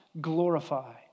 glorify